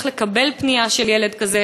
איך לקבל פנייה של ילד כזה,